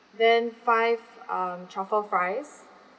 then five um truffle fries